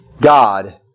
God